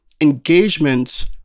engagement